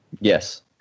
Yes